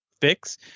fix